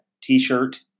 T-shirt